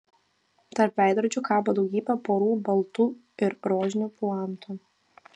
tarp veidrodžių kabo daugybė porų baltų ir rožinių puantų